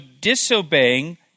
disobeying